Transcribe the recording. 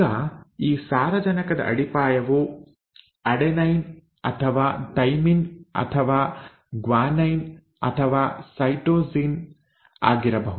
ಈಗ ಈ ಸಾರಜನಕದ ಅಡಿಪಾಯವು ಅಡೆನೈನ್ ಅಥವಾ ಥೈಮಿನ್ ಅಥವಾ ಗ್ವಾನೈನ್ ಅಥವಾ ಸೈಟೋಸಿನ್ ಆಗಿರಬಹುದು